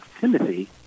Timothy